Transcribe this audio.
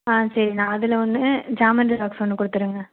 ஆ சரிண்ணா அதில் ஒன்று ஜாமெண்ட்ரி பாக்ஸ் ஒன்று கொடுத்துருங்க